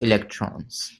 electrons